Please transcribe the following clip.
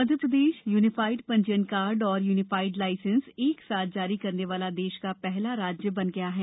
Madhya Pradesh unified पंजीयन card और unified licence एक साथ जारी करने वाला देश का पहला राज्य बन गया है